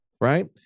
right